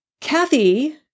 Kathy